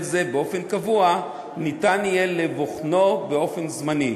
זה באופן קבוע ניתן יהיה לבוחנו באופן זמני.